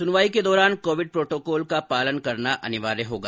सुनवाई के दौरान कोविड प्रोटोकॉल का पालन करना अनिवार्य होगा